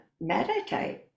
meditate